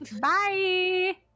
Bye